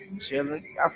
chilling